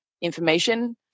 information